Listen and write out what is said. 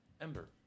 Ember